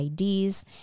ids